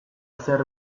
zer